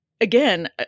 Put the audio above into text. again